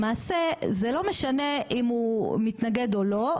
למעשה זה לא משנה אם הוא מתנגד או לא,